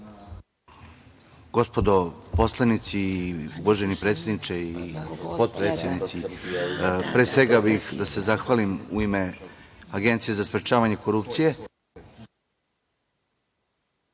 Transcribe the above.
Gospodo poslanici, uvaženi predsedniče, potpredsednici, pre svega bih želeo da se zahvalim u ime Agencije za sprečavanje korupcije